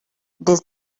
des